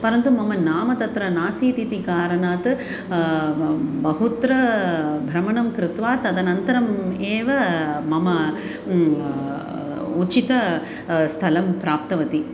परन्तु मम नाम तत्र नासीतीति कारणात् बहुत्र भ्रमणं कृत्वा तदनन्तरम् एव मम उचितं स्थलं प्राप्तवती